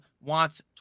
wants